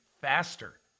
faster